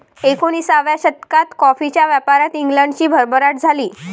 एकोणिसाव्या शतकात कॉफीच्या व्यापारात इंग्लंडची भरभराट झाली